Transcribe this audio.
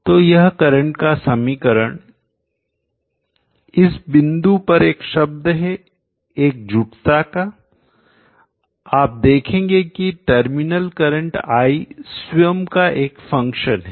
तो यह करंट का समीकरण इस बिंदु पर एक शब्द है एकजुटता का आप देखेंगे कि टर्मिनल करंट i स्वयं का एक फंक्शन है